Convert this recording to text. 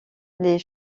les